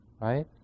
right